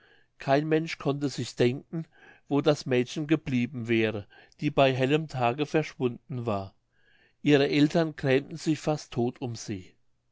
kein mensch konnte sich denken wo das mädchen geblieben wäre die bei hellem tage verschwunden war ihre eltern grämten sich fast todt um sie